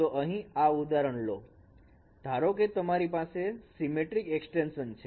તો અહીં આ ઉદાહરણ લો ધારો કે તમારી પાસે સીમેટ્રિક એક્સ્ટેંશન છે